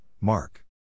Mark